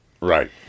Right